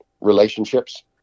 relationships